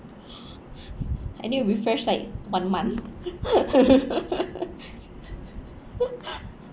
I need to refresh like one month